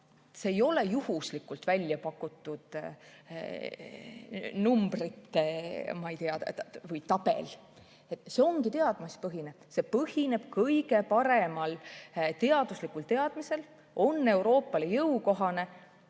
See ei ole juhuslikult välja pakutud numbrite kogum või tabel. See ongi teadmispõhine, see põhineb kõige paremal teaduslikul teadmisel, on Euroopale jõukohane